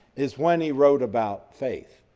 is when he wrote about faith.